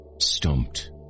stumped